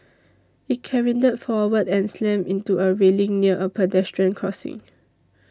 it careened forward and slammed into a railing near a pedestrian crossing